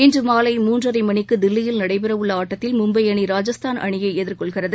இன்றுமாவை மூன்றரைமணிக்குதில்லியில் நடைபெறவுள்ளஆட்டத்தில் மும்பைஅணி ராஜஸ்தான் அணியைஎதிர்கொள்கிறது